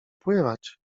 pływać